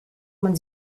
man